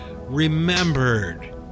remembered